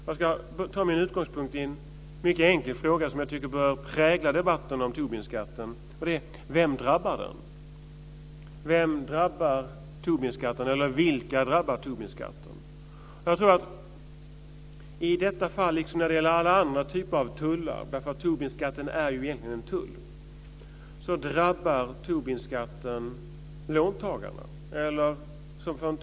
Jag ska ta min utgångspunkt i en mycket enkel fråga som jag tycker bör prägla debatten om Tobinskatten, och det är denna: Vem drabbar den? Vem eller vilka drabbar Tobinskatten? I detta fall, liksom när det gäller alla andra typer av tullar - Tobinskatten är egentligen en tull - tror jag att det egentligen blir konsumenterna eller kunderna som drabbas.